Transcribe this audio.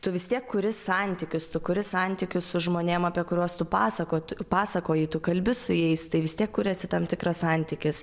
tu vis tiek kuri santykius tu kuri santykius su žmonėm apie kuriuos pasakoti pasakoji tu kalbi su jais tai vis tiek kuriasi tam tikras santykis